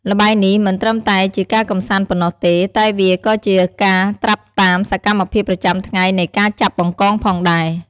ល្បែងនេះមិនត្រឹមតែជាការកម្សាន្តប៉ុណ្ណោះទេ តែវាក៏ជាការត្រាប់តាមសកម្មភាពប្រចាំថ្ងៃនៃការចាប់បង្កងផងដែរ។